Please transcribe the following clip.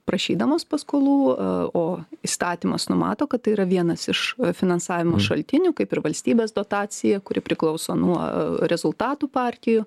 prašydamos paskolų o įstatymas numato kad tai yra vienas iš finansavimo šaltinių kaip ir valstybės dotacija kuri priklauso nuo rezultatų partijų